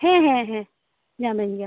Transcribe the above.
ᱦᱮᱸ ᱦᱮᱸ ᱧᱟᱢᱤᱧ ᱜᱮᱭᱟᱢ